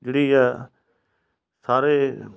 ਜਿਹੜੀ ਆ ਸਾਰੇ